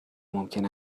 ممکن